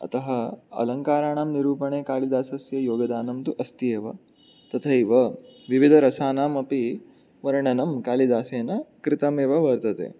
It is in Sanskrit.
अतः अलङ्काराणां निरूपणे कालिदासस्य योगदानं तु अस्ति एव तथैव विविधरसानामपि वर्णनं कालिदासेन कृतमेव वर्तते